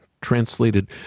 translated